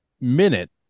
minute